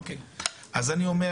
אוקי, אז אני אומר